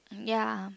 ya